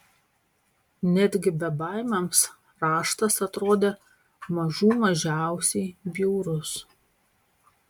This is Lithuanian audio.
netgi bebaimiams raštas atrodė mažų mažiausiai bjaurus